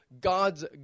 God's